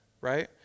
right